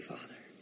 Father